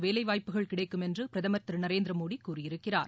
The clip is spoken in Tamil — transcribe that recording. வேலைவாய்ப்புகள் கிடைக்கும் என்று பிரதம் திரு நரேந்திரமோடி கூறியிருக்கிறார்